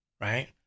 right